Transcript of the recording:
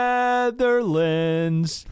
Netherlands